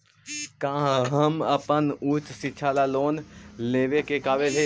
का हम अपन उच्च शिक्षा ला लोन लेवे के काबिल ही?